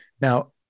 Now